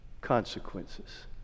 consequences